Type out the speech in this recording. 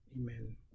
Amen